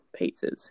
pizzas